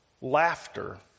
laughter